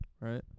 Right